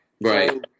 Right